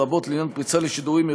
לרבות לעניין פריצה לשידורים,